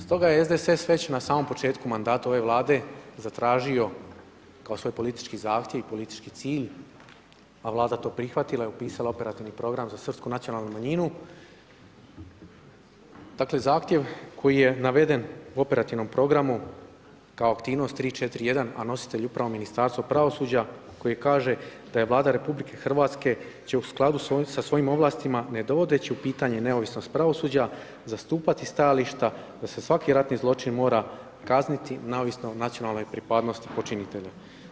Stoga je SDSS već na samom početku mandata ove vlade zatražio, kao svoj politički zahtjev i politički cilj, a vlada to prihvatila i upisala u operativni program za srpsku nacionalnu manjinu, dakle zahtjev koji je naveden u operativnom programu kao aktivnost 3.4.1. a nositelj upravo Ministarstvo pravosuđa koji kaže da je Vlada RH će u skladu sa svojim ovlastima, ne dovodeći u pitanje neovisnost pravosuđa zastupati stajališta da se svaki ratni zločin mora kazniti, neovisno o nacionalnoj pripadnosti počinitelja.